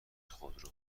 خودرو